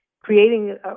creating